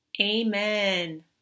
Amen